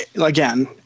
again